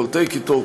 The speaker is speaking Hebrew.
קולטי קיטור,